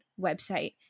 website